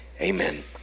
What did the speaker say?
amen